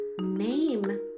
name